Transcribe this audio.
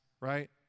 right